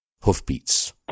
hoofbeats